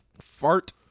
Fart